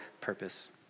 purpose